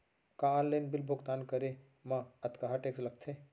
का online bill भुगतान करे मा अक्तहा टेक्स लगथे?